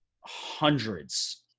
hundreds